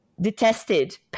detested